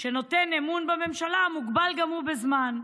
שנותן אמון בממשלה מוגבל גם הוא בזמן.